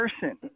person